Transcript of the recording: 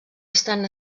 estan